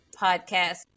podcast